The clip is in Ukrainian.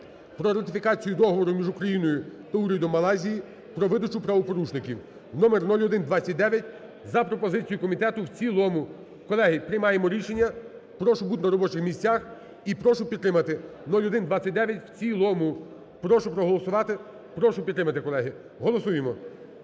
про ратифікацію Договору між Україною та Урядом Малайзії про видачу правопорушників (№ 0129) за пропозицією комітету в цілому. Колеги, приймаємо рішення, прошу бути на робочих місцях і прошу підтримати 0129 в цілому. Прошу проголосувати, прошу підтримати, колеги. Голосуємо.